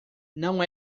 não